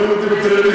רואים אותי בטלוויזיה.